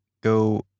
Go